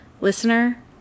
listener